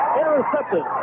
Intercepted